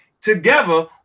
Together